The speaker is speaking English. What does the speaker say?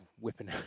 whipping